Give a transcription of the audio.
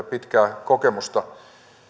pitkää kokemusta